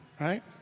right